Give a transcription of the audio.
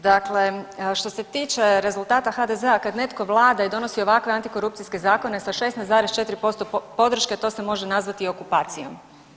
Dakle što se tiče rezultata HDZ-a kada netko vlada i donosi ovakve antikorupcijske zakone sa 16,4% podrške to se može nazvati i okupacijom.